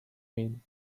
mean